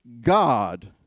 God